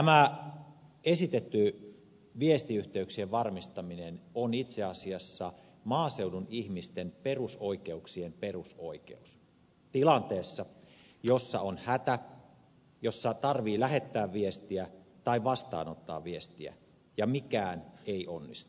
tämä esitetty viestiyhteyksien varmistaminen on itse asiassa maaseudun ihmisten perusoikeuksien perusoikeus tilanteessa jossa on hätä jossa on tarve lähettää viestiä tai vastaanottaa viestiä ja mikään ei onnistu